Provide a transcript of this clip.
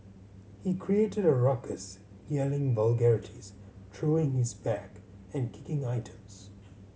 he created a ruckus yelling vulgarities throwing his bag and kicking items